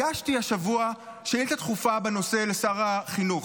הגשתי השבוע שאילתה דחופה בנושא לשר החינוך.